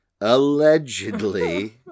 allegedly